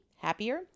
happier